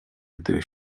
gdy